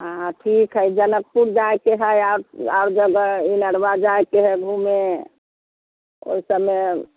हँ ठीक हइ जनकपुर जाइके हइ आओर आओर जगह निनरबा जाइके हइ घुमे ओहि सभमे